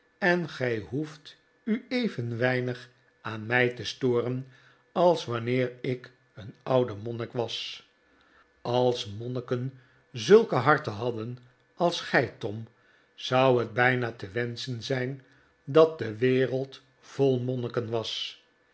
en gij hoeft u even weinig aan mij te storen als wanneer ik een oude monnik was als monniken zulke harten hadden als gij tom zou het bijna te wenschen zijn dat de wereld vol monniken was